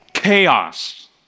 chaos